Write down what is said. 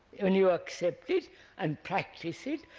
and you accept it and practise it,